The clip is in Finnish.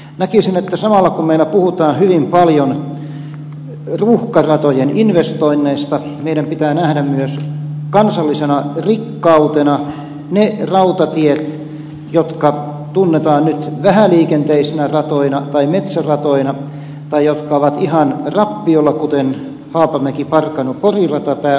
näkisin että samalla kun meillä puhutaan hyvin paljon ruuhkaratojen investoinneista meidän pitää nähdä myös kansallisena rikkautena ne rautatiet jotka tunnetaan nyt vähäliikenteisinä ratoina tai metsäratoina tai jotka ovat ihan rappiolla kuten haapamäkiparkanopori rata pääosin on